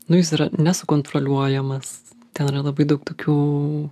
nu jis yra nesukontroliuojamas ten yra labai daug tokių